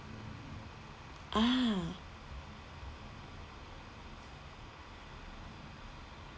ah